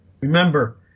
Remember